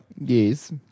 Yes